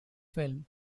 films